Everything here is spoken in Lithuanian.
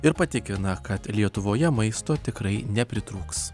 ir patikina kad lietuvoje maisto tikrai nepritrūks